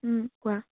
কোৱা